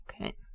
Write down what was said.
Okay